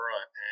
Right